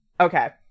okay